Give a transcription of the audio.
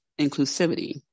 inclusivity